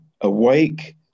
Awake